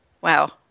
Wow